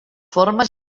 formes